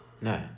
No